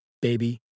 baby